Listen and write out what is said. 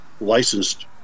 licensed